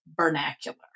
vernacular